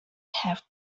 have